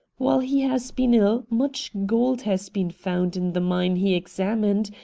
while he has been ill much gold has been found in the mine he examined,